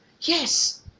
yes